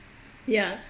ya